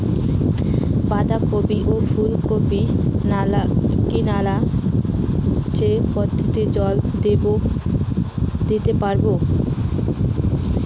বাধা কপি ও ফুল কপি তে কি নালা সেচ পদ্ধতিতে জল দিতে পারবো?